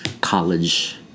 college